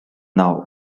now